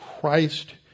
Christ